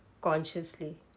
consciously